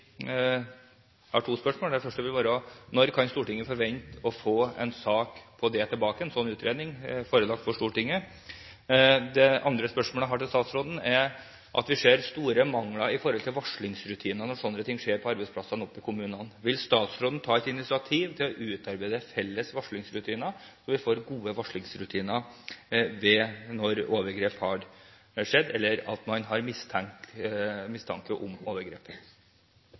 Jeg har to spørsmål til statsråden. Det første er: Når kan Stortinget forvente å få seg forelagt en slik utredning? Det andre spørsmålet jeg har til statsråden, er: Vi ser store mangler med hensyn til varslingsrutiner i kommunene når slike ting skjer på arbeidsplassene. Vil statsråden ta et initiativ til å utarbeide felles varslingsrutiner, sånn at vi får gode varslingsrutiner når overgrep har skjedd, eller når man har mistanke om